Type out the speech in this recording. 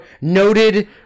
Noted